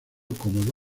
como